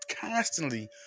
constantly